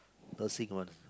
nursing one